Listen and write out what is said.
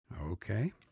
Okay